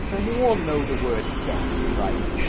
so you all know the word get, right?